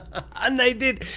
and they did!